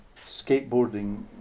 skateboarding